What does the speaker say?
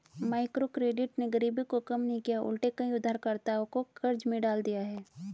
microcredit ने गरीबी को कम नहीं किया उलटे कई उधारकर्ताओं को कर्ज में डाल दिया है